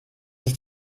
sich